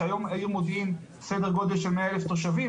שהיום העיר מודיעין היא סדר גודל של מאה אלף תושבים,